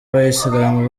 bayisilamu